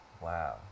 Wow